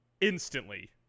instantly